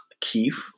Keith